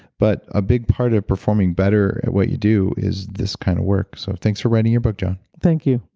but a big part of performing better at what you do is this kind of work. so thanks for writing your book, joan thank you.